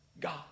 God